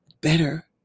better